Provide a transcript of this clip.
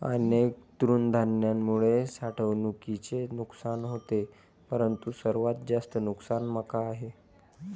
अनेक तृणधान्यांमुळे साठवणुकीचे नुकसान होते परंतु सर्वात जास्त नुकसान मका आहे